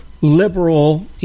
liberal